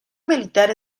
militar